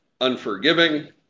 unforgiving